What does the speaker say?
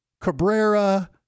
Cabrera